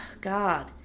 God